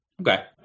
Okay